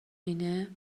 اینه